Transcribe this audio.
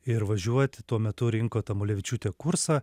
ir važiuoti tuo metu rinko tamulevičiūtė kursą